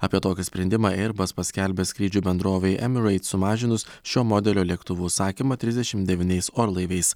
apie tokį sprendimą eirbas paskelbė skrydžių bendrovei emeraits sumažinus šio modelio lėktuvų užsakymą trisdešimt devyniais orlaiviais